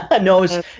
No